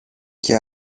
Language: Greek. και